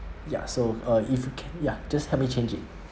ya so uh if you can ya just help me change it